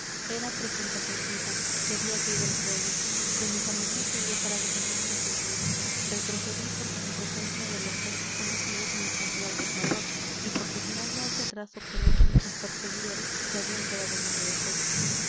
era presentacioncita que había caído al suelo doña salomé se había parado en el mismo sitio retrocedí porque la presencia de los dos desconocidos me infundió algún valor y porque mirando hacia atrás observé que nuestros perseguidores se habían quedado muy lejos